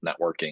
networking